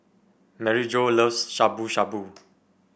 Maryjo loves Shabu Shabu